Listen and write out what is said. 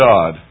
God